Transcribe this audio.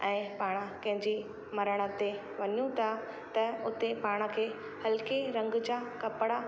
ऐं पाणि कंहिंजी मरण ते वञूं था त उते पाण खे हल्के रंग जा कपिड़ा